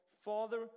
Father